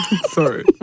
sorry